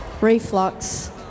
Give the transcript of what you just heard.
reflux